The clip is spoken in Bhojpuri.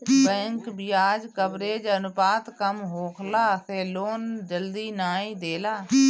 बैंक बियाज कवरेज अनुपात कम होखला से लोन जल्दी नाइ देला